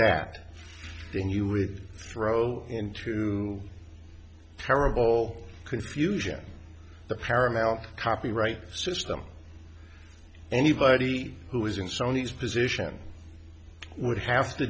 that then you would throw into terrible confusion the paramount copyright system anybody who is in sony's position would have to